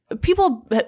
people